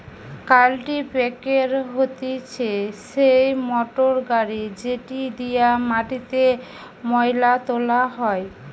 কাল্টিপ্যাকের হতিছে সেই মোটর গাড়ি যেটি দিয়া মাটিতে মোয়লা তোলা হয়